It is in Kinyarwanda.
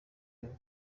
byo